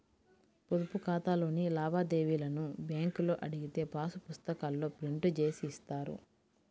పొదుపు ఖాతాలోని లావాదేవీలను బ్యేంకులో అడిగితే పాసు పుస్తకాల్లో ప్రింట్ జేసి ఇస్తారు